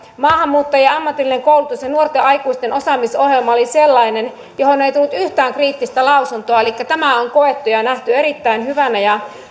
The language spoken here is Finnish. maahanmuuttajien ammatillinen koulutus ja nuorten aikuisten osaamisohjelma oli sellainen johon ei tullut yhtään kriittistä lausuntoa elikkä tämä on koettu ja nähty erittäin hyvänä